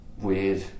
weird